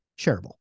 shareable